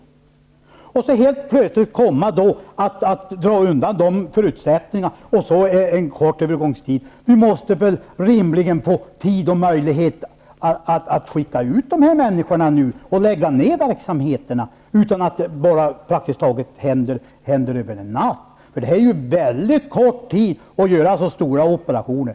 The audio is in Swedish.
Sedan drar man plötsligt undan förutsättningarna under en kort övergångstid. Vi måste rimligen få tid och möjlighet att skicka ut människorna och lägga ned verksamheterna -- det får inte hända bara över en natt. Det är väldigt kort tid för att göra så stora operationer.